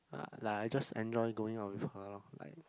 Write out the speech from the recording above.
uh like I just enjoy going out with her lor like